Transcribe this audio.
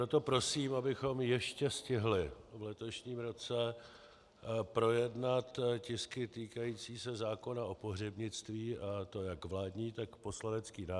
Proto prosím, abychom ještě stihli v letošním roce projednat tisky týkající se zákona o pohřebnictví, a to jak vládní, tak poslanecký návrh.